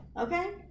Okay